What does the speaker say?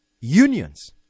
unions